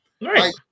right